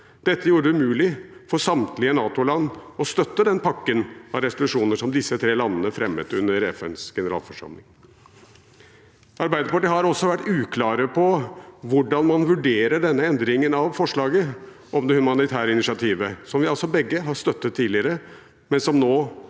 Dette gjorde det umulig for samtlige NATO-land å støtte den pakken av resolusjoner som disse tre landene fremmet under FNs generalforsamling. Arbeiderpartiet har også vært uklare på hvordan man vurderer denne endringen av forslaget om det humanitære initiativet, som vi altså begge har støttet tidligere, men som nå